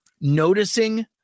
noticing